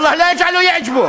אתם לא תמשיכו לבזות את הכנסת.